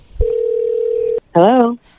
Hello